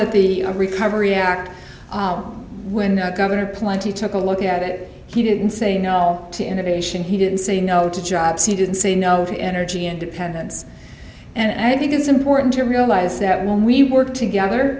that the recovery act when governor plenty took a look at it he didn't say no to innovation he didn't say no to jobs he didn't say no to energy independence and i think it's important to realize that when we work together